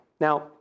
Now